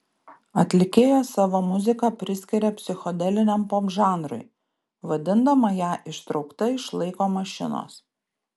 atlikėja savo muziką priskiria psichodeliniam popžanrui vadindama ją ištraukta iš laiko mašinos